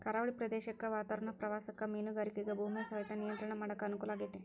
ಕರಾವಳಿ ಪ್ರದೇಶದ ವಾತಾವರಣ ಪ್ರವಾಸಕ್ಕ ಮೇನುಗಾರಿಕೆಗ ಭೂಮಿಯ ಸವೆತ ನಿಯಂತ್ರಣ ಮಾಡಕ್ ಅನುಕೂಲ ಆಗೇತಿ